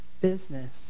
business